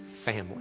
family